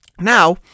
Now